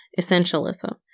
essentialism